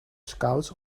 scouts